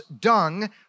dung